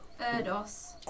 Erdos